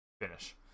finish